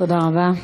תודה רבה.